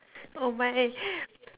oh my